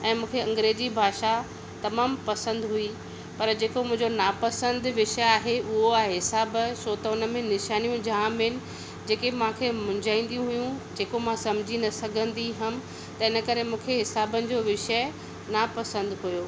ऐं मूंखे अंग्रेज़ी भाषा तमामु पसंदि हुई पर जेको मुंहिंजो नापसंद विषय आहे उहो आहे हिसाब छो त हुन में निशानियूं जाम आहिनि जेके मूंखे मुंझाईंदियूं हुयूं जेको मां समझी न सघंदी हुअमि त इन करे मूंखे हिसाबनि जो विषय ना पसंद हो